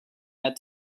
had